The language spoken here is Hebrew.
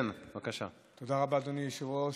תודה רבה, אדוני היושב-ראש.